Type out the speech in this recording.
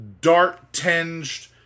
dark-tinged